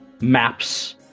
maps